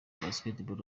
basketball